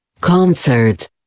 Concert